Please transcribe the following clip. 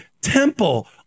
temple